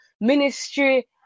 Ministry